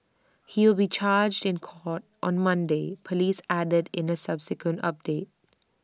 he will be charged in court on Monday Police added in A subsequent update